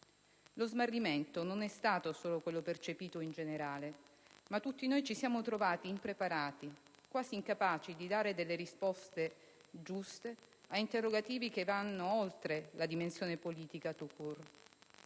Lo smarrimento non è stato solo quello percepito in generale ma tutti noi ci siamo trovati impreparati, quasi incapaci di dare risposte giuste a interrogativi che vanno oltre la dimensione politica *tout court*.